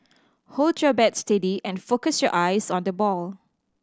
hold your bat steady and focus your eyes on the ball